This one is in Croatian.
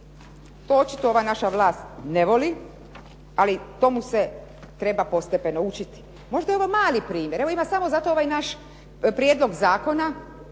To očito ova naša vlast ne voli ali tomu se treba postepeno učiti. Možda je ovo mali primjer. Evo ima samo zato ovaj naš prijedlog zakona